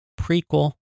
Prequel